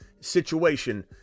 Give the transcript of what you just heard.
situation